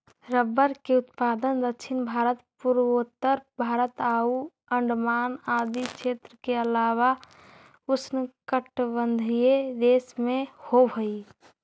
rubber के उत्पादन दक्षिण भारत, पूर्वोत्तर भारत आउ अण्डमान आदि क्षेत्र के अलावा उष्णकटिबंधीय देश में होवऽ हइ